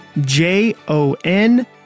J-O-N